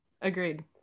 Agreed